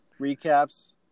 recaps